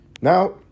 Now